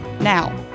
Now